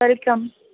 welcome